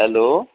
hello